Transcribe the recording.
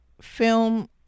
film